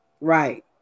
Right